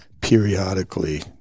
periodically